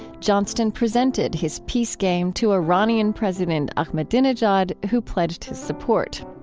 johnston presented his peace game to iranian president ahmadinejad who pledged to support.